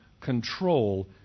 control